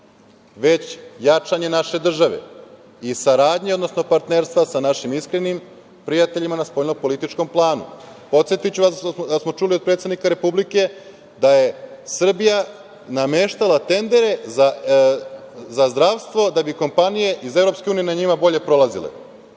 već jačanje naše države i saradnja, odnosno partnerstva sa našim iskrenim prijateljima na spoljno političkom planu. Podsetiću vas da smo čuli od predsednika Republike da je Srbija nameštala tendere za zdravstvo da bi kompanije iz EU na njima bolje prolazile.